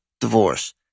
divorce